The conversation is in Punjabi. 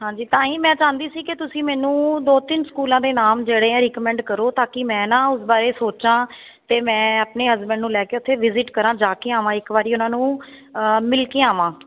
ਹਾਂਜੀ ਤਾਂ ਹੀ ਮੈਂ ਚਾਹੁੰਦੀ ਸੀ ਕਿ ਤੁਸੀਂ ਮੈਨੂੰ ਦੋ ਤਿੰਨ ਸਕੂਲਾਂ ਦੇ ਨਾਮ ਜਿਹੜੇ ਆ ਰਿਕਮੈਂਡ ਕਰੋ ਤਾਂ ਕਿ ਮੈਂ ਨਾ ਉਸ ਬਾਰੇ ਸੋਚਾਂ ਅਤੇ ਮੈਂ ਆਪਣੇ ਹਸਬੈਂਡ ਨੂੰ ਲੈ ਕੇ ਉੱਥੇ ਵਿਜ਼ਿਟ ਕਰਾਂ ਜਾ ਕੇ ਆਵਾਂ ਇੱਕ ਵਾਰੀ ਉਹਨਾਂ ਨੂੰ ਮਿਲ ਕੇ ਆਵਾਂ